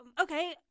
Okay